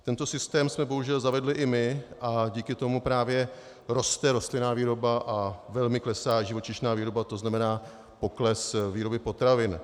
Tento systém jsme bohužel zavedli i my a díky tomu právě roste rostlinná výroba a velmi klesá živočišná výroba, to znamená pokles výroby potravin.